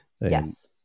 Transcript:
Yes